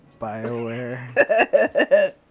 Bioware